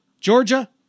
Georgia